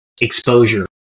exposure